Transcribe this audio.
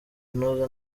kunoza